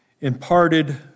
imparted